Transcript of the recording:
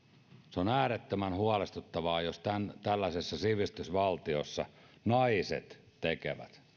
on äärettömän huolestuttavaa jos tällaisessa sivistysvaltiossa naiset tekevät